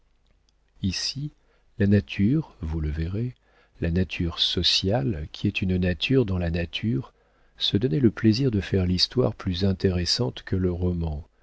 ici la nature vous le verrez la nature sociale qui est une nature dans la nature se donnait le plaisir de faire l'histoire plus intéressante que le roman